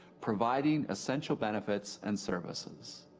providing essential benefits and services.